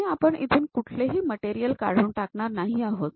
आणि आपण इथून कुठलेही मटेरियल काढून टाकणार नाही आहोत